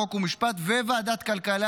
חוק ומשפט ולוועדת כלכלה,